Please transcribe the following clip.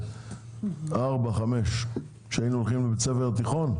כשהיינו הולכים לתיכון.